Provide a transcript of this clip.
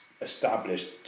established